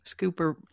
scooper